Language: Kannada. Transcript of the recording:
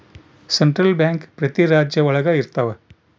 ಸೆಂಟ್ರಲ್ ಬ್ಯಾಂಕ್ ಪ್ರತಿ ರಾಜ್ಯ ಒಳಗ ಇರ್ತವ